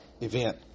event